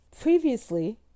Previously